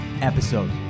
episode